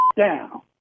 down